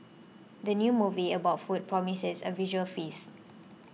the new movie about food promises a visual feast